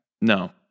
No